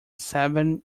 seven